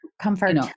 comfort